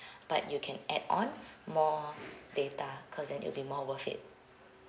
but you can add on more data cause then it will be more worth it